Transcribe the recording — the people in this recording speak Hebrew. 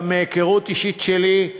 גם מהיכרות אישית שלי,